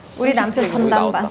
really um so smelled